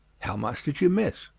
how much did you miss?